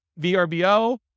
VRBO